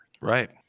Right